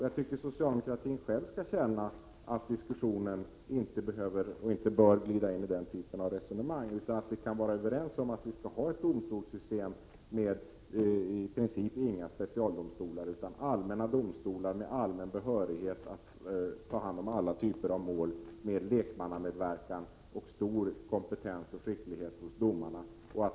Jag hoppas att socialdemokratin själv skall känna att diskussionen inte behöver och inte bör glida in i den typen av resonemang, utan att vi kan vara överens om att vi skall ha ett domstolssystem i princip utan specialdomstolar. Vi skall ha allmänna domstolar med allmän behörighet att ta hand om alla typer av mål, med lekmannamedverkan och stor kompetens och skicklighet hos domarna.